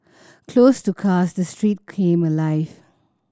closed to cars the street came alive